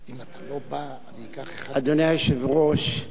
אדוני היושב-ראש,